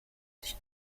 sich